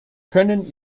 können